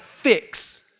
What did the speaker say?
fix